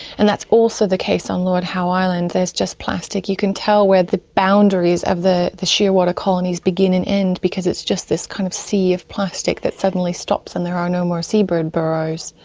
and that's also the case on lord howe island, there's just plastic. you can tell where the boundaries of the the shearwater colonies begin and end because it's just this kind of sea of plastic that suddenly stops and there are no more seabird burrows.